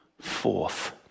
forth